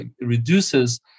reduces